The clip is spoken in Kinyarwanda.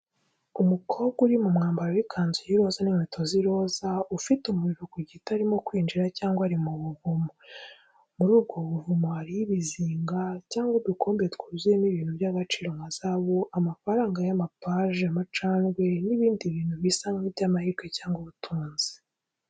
Umukobwa uri mu mwambaro w'ikanzu y'iroza n'inkweto z'iroza, ufite umuriro ku giti arimo kwinjira cyangwa ari mu buvumo. Muri ubwo buvumo hariho ibizinga cyangwa udukombe twuzuyemo ibintu by'agaciro nka zahabu, amafaranga y'amapaji amacandwe n'ibindi bintu bisa nk'iby'amahirwe cyangwa ubutunzi.